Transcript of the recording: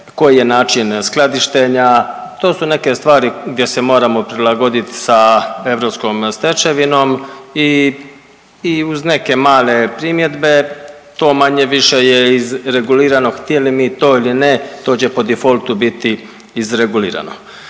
koji je način skladištenja? To su neke stvari gdje se moramo prilagodit sa europskom stečevinom i uz neke male primjedbe to manje-više je izregulirano htjeli mi to ili ne, to će po defaultu biti izregulirano.